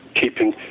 keeping